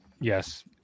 Yes